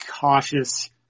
cautious